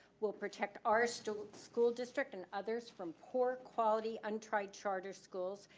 will protect our so school district and others from poor quality untried charter schools,